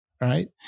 right